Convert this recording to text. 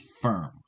firm